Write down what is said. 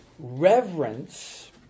Reverence